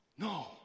No